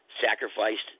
sacrificed